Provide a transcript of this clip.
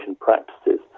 practices